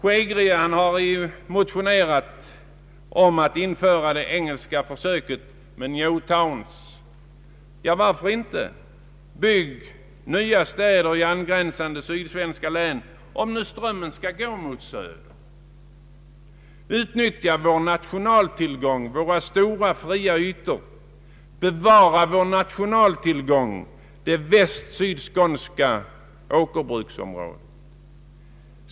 Herr Hansson i Skegrie har motionerat om att införa det engelska försöket med New Towns. Varför inte? Bygg nya städer i angränsande sydsvenska län, om nu strömmen skall gå mot söder. Utnyttja vår nationaltillgång: våra stora fria ytor! Bevara vår nationaltillgång: det västoch sydskånska åkerbruksområdet!